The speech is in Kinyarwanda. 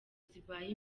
zibaye